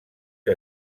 que